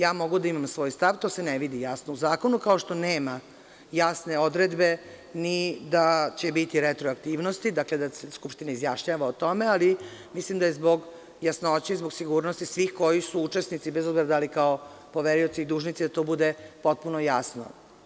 Ja mogu da imam svoj stav i to se ne vidi jasno u zakonu, kao što nema jasne odredbe ni da će biti retroaktivnosti, da se Skupština izjašnjava o tome, ali mislim da je zbog jasnoće i zbog sigurnosti svih koji su učesnici, bez obzira da li kao poverioci ili dužnici, da to bude potpuno jasno.